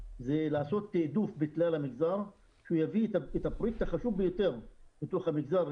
זה לעשות תעדוף בכלל המגזר שהוא יביא את הפריט החשוב ביותר בתוך המגזר,